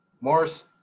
Morris